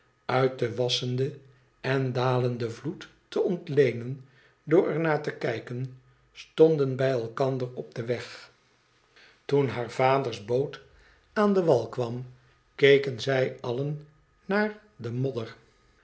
uit den wassenden en dalenden vloed te ontleenen door er naar te kijken stonden bij elkander op den weg toen haar vaders boot aan den wal kwam keken zij allen naar de modder